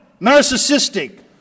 narcissistic